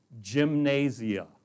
gymnasia